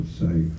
say